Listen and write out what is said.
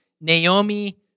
Naomi